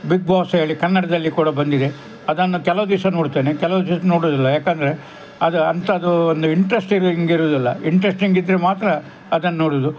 big Boss ಹೇಳಿ ಕನ್ನಡದಲ್ಲಿ ಕೂಡ ಬಂದಿದೆ ಅದನ್ನು ಕೆಲವು ದಿವಸ ನೋಡುತ್ತೇನೆ ಕೆಲವು ದಿವಸ ನೋಡೋದಿಲ್ಲ ಯಾಕೆಂದ್ರೆ ಅದು ಅಂಥದ್ದು ಒಂದು ಇಂಟ್ರೆಸ್ಟಿಂಗ್ ಇರೋದಿಲ್ಲ ಇಂಟ್ರೆಸ್ಟಿಂಗ್ ಇದ್ದರೆ ಮಾತ್ರ ಅದನ್ನು ನೋಡೋದು